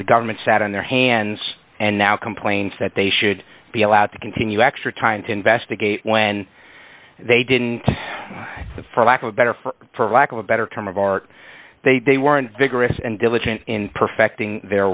the government sat on their hands and now complains that they should be allowed to continue extra time to investigate when they didn't for lack of a better for lack of a better term of art they weren't vigorous and diligent in perfecting their